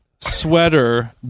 sweater